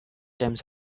times